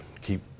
keep